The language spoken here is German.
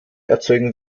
erzeugen